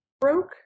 broke